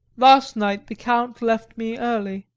last night the count left me early,